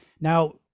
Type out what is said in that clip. now